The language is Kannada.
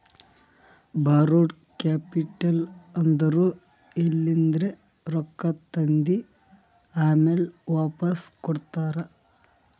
ಬಾರೋಡ್ ಕ್ಯಾಪಿಟಲ್ ಅಂದುರ್ ಎಲಿಂದ್ರೆ ರೊಕ್ಕಾ ತಂದಿ ಆಮ್ಯಾಲ್ ವಾಪಾಸ್ ಕೊಡ್ತಾರ